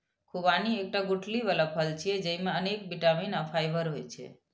खुबानी एकटा गुठली बला फल छियै, जेइमे अनेक बिटामिन आ फाइबर होइ छै